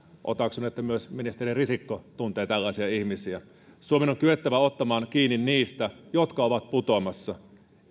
otaksun että myös ministeri risikko tuntee tällaisia ihmisiä suomen on kyettävä ottamaan kiinni niistä jotka ovat putoamassa